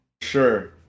Sure